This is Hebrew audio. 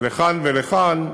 לכאן ולכאן,